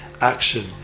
action